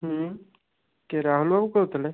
ହୁଁ କିଏ ରାହୁଲ ବାବୁ କହୁଥିଲେ